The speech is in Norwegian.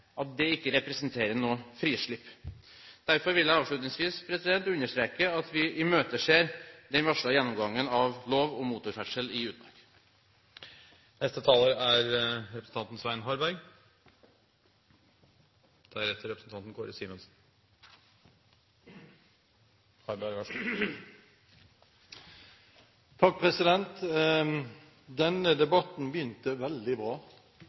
at det ikke representerer noe frislipp. Derfor vil jeg avslutningsvis understreke at vi imøteser den varslede gjennomgangen av lov om motorferdsel i utmark.